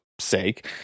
sake